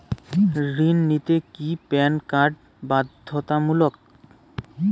ঋণ নিতে কি প্যান কার্ড বাধ্যতামূলক?